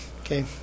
Okay